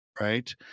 Right